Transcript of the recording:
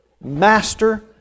Master